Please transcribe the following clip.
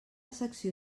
secció